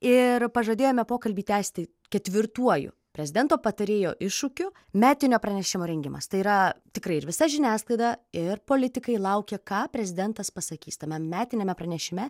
ir pažadėjome pokalbį tęsti ketvirtuoju prezidento patarėjo iššūkiu metinio pranešimo rengimas tai yra tikrai ir visa žiniasklaida ir politikai laukia ką prezidentas pasakys tame metiniame pranešime